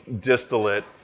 distillate